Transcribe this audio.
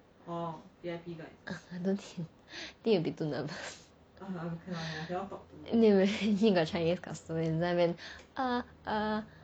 I don't think think you will be too nervous anyway if got chinese customer 你在那边 err err